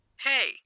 Hey